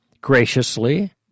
graciously